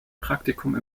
praktikum